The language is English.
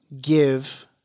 give